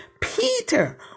Peter